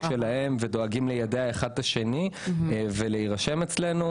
שלהם ודואגים ליידע אחד את השני ולהירשם אצלנו.